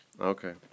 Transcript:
Okay